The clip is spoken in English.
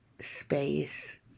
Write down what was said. space